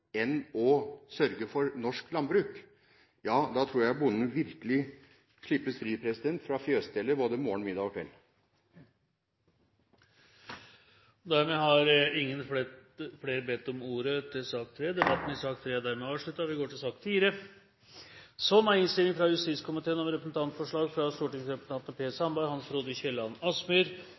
enn av å sørge for norsk landbruk, tror jeg bonden virkelig slippes fri fra fjøsstellet – både morgen, middag og kveld. Flere har ikke bedt om ordet til sak nr. 3. Etter ønske fra justiskomiteen